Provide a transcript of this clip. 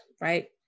right